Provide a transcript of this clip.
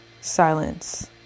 silence